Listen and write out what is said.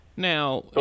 now